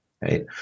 right